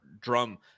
drum